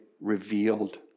revealed